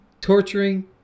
torturing